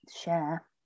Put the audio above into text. share